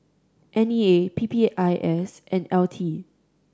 N E A P P I S and L T